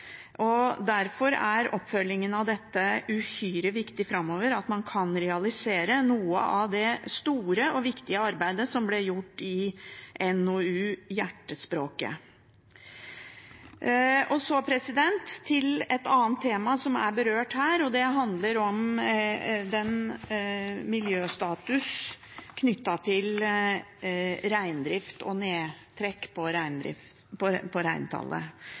Derfor er oppfølgingen av dette uhyre viktig framover, at man kan realisere noe av det store og viktige arbeidet som ble gjort i NOU-en Hjertespråket. Så til et annet tema som er berørt her, miljøstatusen knyttet til reindrift og nedtrekk på reintallet. Der har det